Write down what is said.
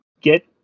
get